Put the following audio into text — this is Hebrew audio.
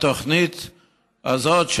התוכנית הזאת,